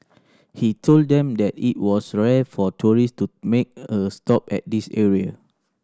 he told them that it was rare for tourist to make a stop at this area